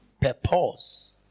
Purpose